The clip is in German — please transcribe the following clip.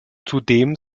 zudem